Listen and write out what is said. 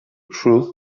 truth